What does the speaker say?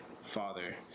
father